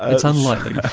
it's unlikely.